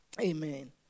Amen